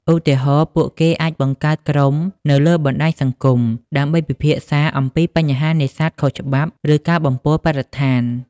ឧទាហរណ៍ ពួកគេអាចបង្កើតក្រុមនៅលើបណ្តាញសង្គមដើម្បីពិភាក្សាអំពីបញ្ហានេសាទខុសច្បាប់ ឬការបំពុលបរិស្ថាន។